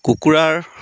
কুকুৰাৰ